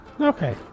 Okay